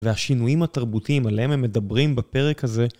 והשינויים התרבותיים עליהם הם מדברים בפרק הזה.